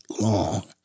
long